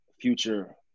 future